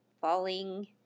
falling